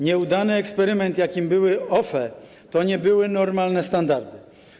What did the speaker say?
Nieudany eksperyment, jakim były OFE, to nie były normalne standardy.